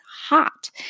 hot